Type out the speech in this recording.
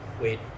Wait